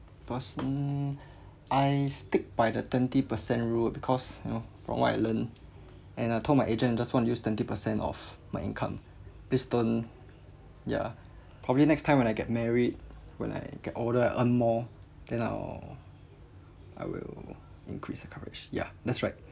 personally I stick by the twenty percent rule ah because you know from I learn and I told my agent I just want to use twenty percent of my income please don't ya probably next time when I get married when I get older I earn more then I'll I will increase the coverage yeah that's right